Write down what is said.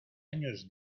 años